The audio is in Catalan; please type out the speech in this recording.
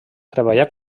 treballà